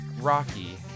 Rocky